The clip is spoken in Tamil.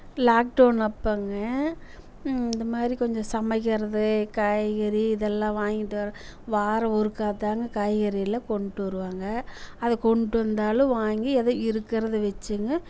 லாக்டவுன் அப்போங்க இந்த மாதிரி கொஞ்சம் சமைக்கிறது காய்கறி இதெல்லாம் வாங்கிகிட்டு வர வாரம் ஒருக்கா தாங்க காய்கறிலாம் கொண்டுட்டு வருவாங்க அதை கொண்டுட்டு வந்தாலும் வாங்கி ஏதோ இருக்கிறத வெச்சுங்க